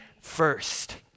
first